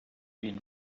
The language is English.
been